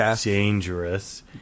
dangerous